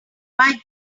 might